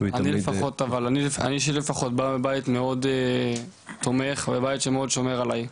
אני בא מבית מאוד תומך ובא מבית שמאוד שומר אליי.